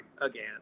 again